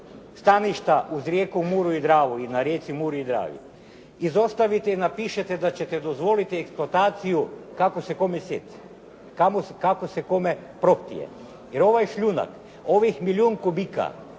staništa uz rijeku Muru i Dravu i na rijeci Muri i Dravi izostavite i napišete da ćete dozvoliti eksploataciju kako se kome sjeti. Kako se kome prohtije. Jer ovaj šljunak, ovih milijun kubika